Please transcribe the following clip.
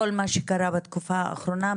כל מה שקרה בתקופה האחרונה,